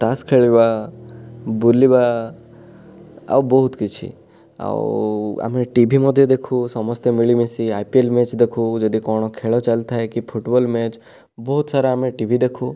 ତାସ ଖେଳିବା ବୁଲିବା ଆଉ ବହୁତ କିଛି ଆଉ ଆମେ ଟିଭି ମଧ୍ୟ ଦେଖୁ ସମସ୍ତେ ମିଳିମିଶି ଆଇପିଏଲ ମ୍ୟାଚ୍ ଦେଖୁ ଯଦି କ'ଣ ଖେଳ ଚାଲିଥାଏ କି ଫୁଟବଲ ମ୍ୟାଚ୍ ବହୁତ ସାରା ଆମେ ଟିଭି ଦେଖୁ